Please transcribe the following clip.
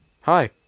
hi